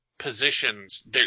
positions